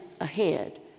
ahead